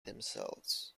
themselves